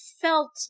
felt